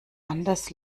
anders